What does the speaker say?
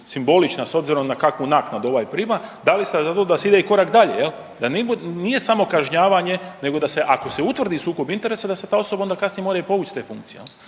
simbolična s obzirom kakvu naknadu ovaj prima…/Govornik se ne razumije/…da se ide i korak dalje jel, da nije samo kažnjavanje nego da se ako se utvrdi sukob interesa da se ta osoba onda kasnije mora i povuć s te funkcije